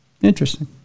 Interesting